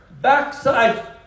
backside